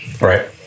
right